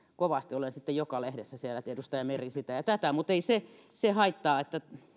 kovasti ja olen sitten joka lehdessä siellä että edustaja meri sitä ja tätä mutta ei se se haittaa